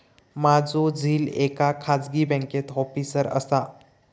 माझो झिल एका खाजगी बँकेत ऑफिसर असा